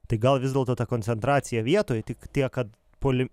tai gal vis dėlto ta koncentracija vietoj tik tiek kad puoli